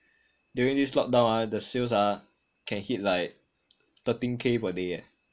during this lockdown ah the sales ah can hit like thirteen k per day eh